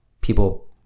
people